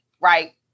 right